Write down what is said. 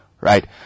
right